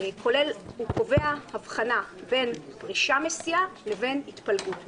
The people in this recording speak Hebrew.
שקובע הבחנה בין פרישה מסיעה לבין התפלגות מסיעה.